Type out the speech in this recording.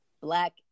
Black